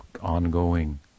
ongoing